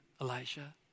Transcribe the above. Elijah